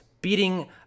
Beating